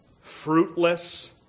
fruitless